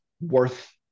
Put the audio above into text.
worth